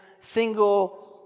single